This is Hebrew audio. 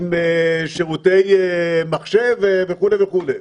עם שירותי מחשב וכו' וכו'.